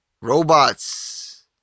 robots